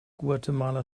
guatemala